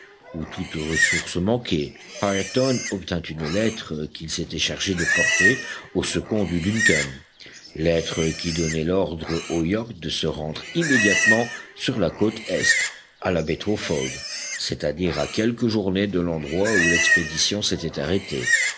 où toutes ressources manquaient ayrton obtint une lettre qu'il s'était chargé de porter au second du duncan lettre qui donnait l'ordre au yacht de se rendre immédiatement sur la côte est à la baie twofold c'est-à-dire à quelques journées de l'endroit où l'expédition s'était arrêtée